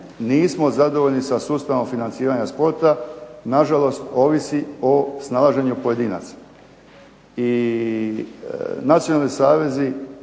nismo zadovoljni sa sustavom financiranja sporta. Na žalost ovisi o snalaženju pojedinaca. I nacionalni savezi